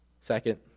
Second